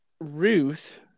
Ruth